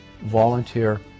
Volunteer